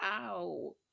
Ow